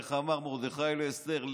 איך אמר מרדכי לאסתר?